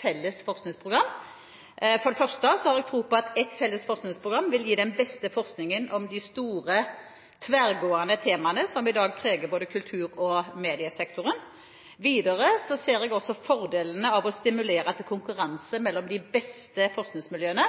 felles forskningsprogram: For det første har jeg tro på at et felles forskningsprogram vil gi den beste forskningen om de store, tverrgående temaene som i dag preger både kultur- og mediesektoren. Videre ser jeg også fordelene av å stimulere til konkurranse mellom de beste forskningsmiljøene